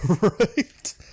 Right